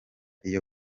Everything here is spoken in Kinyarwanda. iyo